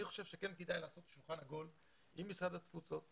אני חושב שכן כדאי לעשות שולחן עגול עם משרד התפוצות,